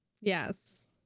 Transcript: Yes